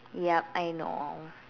yup I know